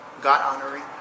God-honoring